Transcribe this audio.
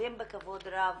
מתייחסים בכבוד רב